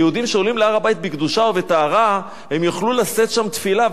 יהודים שעולים להר-הבית בקדושה ובטהרה יוכלו לשאת שם תפילה,